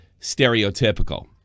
stereotypical